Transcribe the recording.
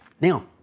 now